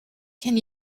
can